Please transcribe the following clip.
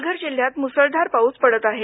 पालघर जिल्ह्यात मुसळधार पाऊस पडत आहे